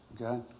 okay